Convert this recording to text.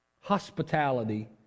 hospitality